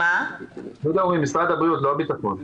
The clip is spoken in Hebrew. לא הביטחון.